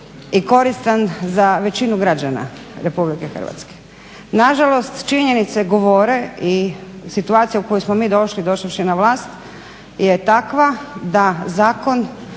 i koristan za većinu građana RH. Nažalost činjenice govore i situacija u koju smo mi došli došavši na vlast je takva da zakon